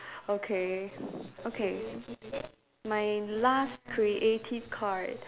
okay okay my last creative card